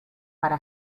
para